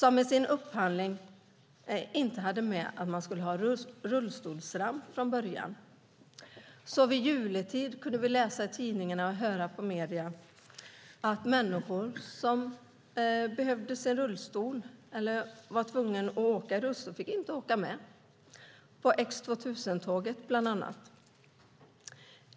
I sin upphandling hade SJ från början inte tagit med att man skulle ha rullstolsramp, så vid jultid kunde vi i medier läsa och höra att människor i rullstol inte fick åka med på X 2000-tåget.